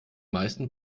meisten